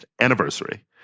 anniversary